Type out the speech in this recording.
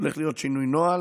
הולך להיות שינוי נוהל,